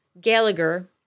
Gallagher